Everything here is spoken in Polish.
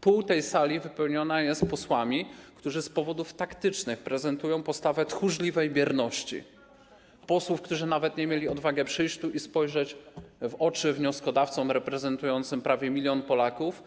Połowa tej sali wypełniona jest posłami, którzy z powodów taktycznych prezentują postawę tchórzliwej bierności, posłów, którzy nawet nie mieli odwagi przyjść tu i spojrzeć w oczy wnioskodawcom reprezentującym prawie 1 mln Polaków